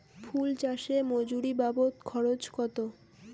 ফুল চাষে মজুরি বাবদ খরচ কত?